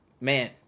Man